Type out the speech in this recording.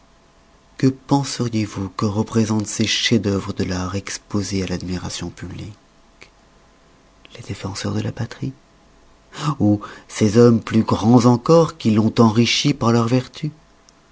que penseriez-vous que représentent ces chefs-d'œuvre de l'art exposés à l'admiration publique les défenseurs de la patrie ou ces hommes plus grands encore qui l'ont enrichie par leurs vertus